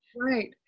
Right